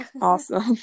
Awesome